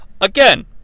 Again